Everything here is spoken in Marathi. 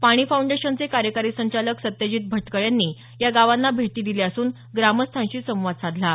पाणी फाउंडेशन चे कार्यकारी संचालक सत्यजित भटकळ यांनी या गावांना भेटी दिल्या असून ग्रामस्थांशी संवाद साधला आहे